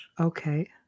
Okay